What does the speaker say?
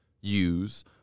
use